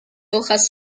hojas